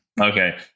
Okay